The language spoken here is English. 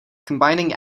combining